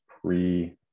pre